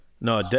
No